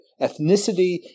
ethnicity